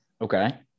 Okay